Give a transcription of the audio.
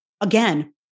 again